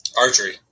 archery